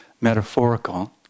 metaphorical